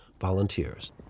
volunteers